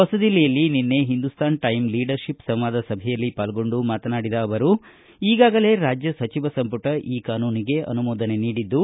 ಹೊಸದಿಲ್ಲಿಯಲ್ಲಿ ನಿನ್ನೆ Hindustan Times leadership ಸಂವಾದ ಸಭೆಯಲ್ಲಿ ಪಾಲ್ಗೊಂಡು ಮಾತನಾಡಿದ ಅವರು ಈಗಾಗಲೇ ರಾಜ್ಯ ಸಚಿವ ಸಂಪುಟ ಈ ಕಾನೂನಿಗೆ ಅನುಮೋದನೆ ನೀಡಿದ್ದು